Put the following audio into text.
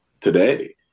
today